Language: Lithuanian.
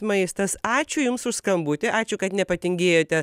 maistas ačiū jums už skambutį ačiū kad nepatingėjote